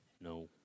No